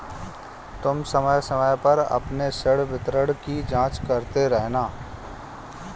तुम समय समय पर अपने ऋण विवरण की जांच करते रहना